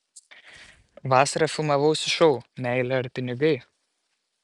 vasarą filmavausi šou meilė ar pinigai